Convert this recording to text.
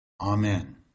Amen